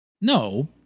No